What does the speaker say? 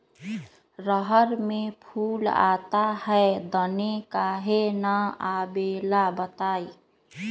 रहर मे फूल आता हैं दने काहे न आबेले बताई?